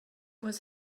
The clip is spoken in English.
was